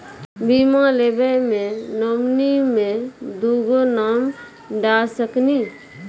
बीमा लेवे मे नॉमिनी मे दुगो नाम डाल सकनी?